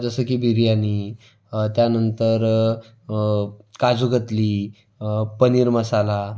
जसं की बिर्यानी त्यानंतर काजू कतली पनीर मसाला